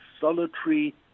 solitary